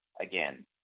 again